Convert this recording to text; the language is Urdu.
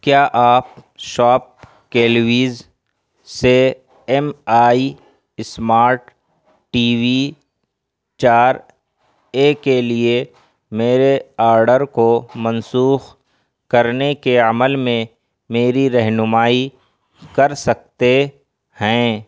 کیا آپ شاپ کیلویز سے M I smart TV چار اے کے لیے میرے آڈر کو منسوخ کرنے کے عمل میں میری رہنمائی کر سکتے ہیں